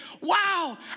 wow